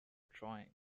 drawing